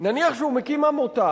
נניח שהוא מקים עמותה,